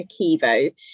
Akivo